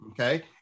Okay